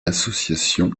association